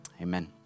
amen